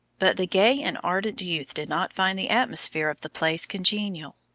but the gay and ardent youth did not find the atmosphere of the place congenial.